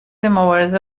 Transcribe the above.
مبارزه